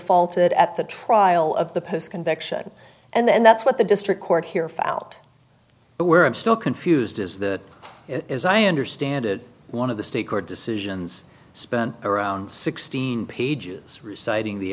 defaulted at the trial of the post conviction and that's what the district court here found out but where i'm still confused is that as i understand it one of the state court decisions spent around sixteen pages reciting the